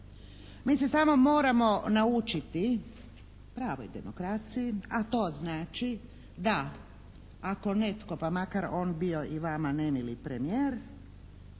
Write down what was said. Mi se samo moramo naučiti pravoj demokraciji, a to znači da ako netko pa makar on bio i vama nemili premijer